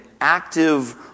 active